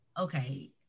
Okay